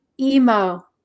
emo